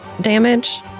damage